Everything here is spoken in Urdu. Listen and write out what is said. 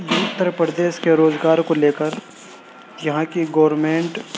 اتّر پردیش کے روزگار کو لے کر یہاں کی گورنمنٹ